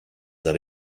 that